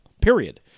period